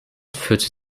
führte